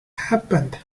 happened